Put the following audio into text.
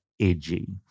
edgy